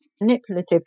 manipulative